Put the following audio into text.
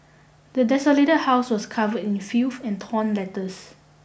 the desolated house was covered in filth and torn letters